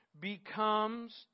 becomes